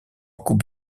coupe